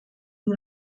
amb